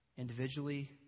individually